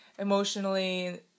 Emotionally